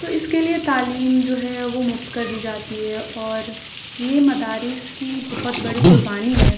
تو اِس کے لیے تعلیم جو ہے وہ مُفت کر دی جاتی ہے اور یہ مدارس کی بہت بڑی قربانی ہے